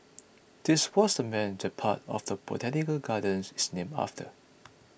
this was the man that part of the Botanic Gardens is named after